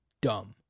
dumb